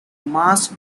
mass